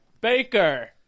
Baker